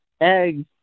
eggs